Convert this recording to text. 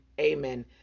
amen